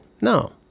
No